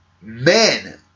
men